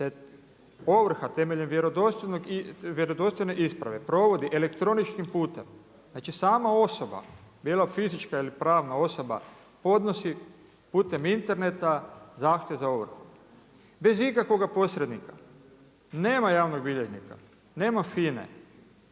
se ovrha temeljem vjerodostojne isprave provodi elektroničkim putem, znači sama osoba bilo fizička ili pravna osoba podnosi putem interneta zahtjev za ovrhu bez ikakvoga posrednika, nema javnog bilježnika, nema